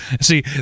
See